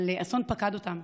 אבל אסון פקד אותם: